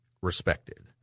respected